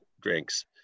drinks